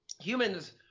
Humans